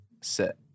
set